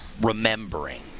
remembering